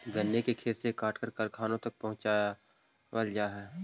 गन्ने को खेत से काटकर कारखानों तक पहुंचावल जा हई